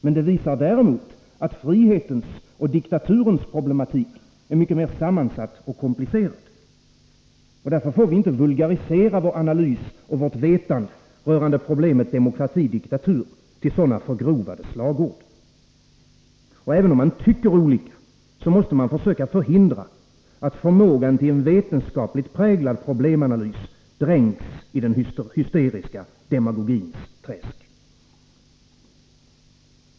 Men det visar däremot att frihetens och diktaturens problematik är mycket mer sammansatt och komplicerad. Därför får vi inte vulgarisera vår analys och vårt vetande rörande problemet demokrati/diktatur till sådana förgrovade slagord. Även om man tycker olika, måste man söka hindra att förmågan till en vetenskapligt präglad problemanalys dränks i den hysteriska demagogins träsk.